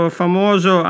famoso